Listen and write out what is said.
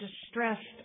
distressed